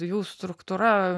jų struktūra